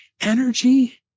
energy